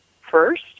first